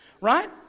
right